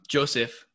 Joseph